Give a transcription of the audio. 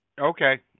Okay